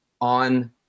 on